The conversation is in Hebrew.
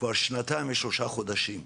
כבר שנתיים ושלושה חודשים.